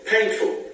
painful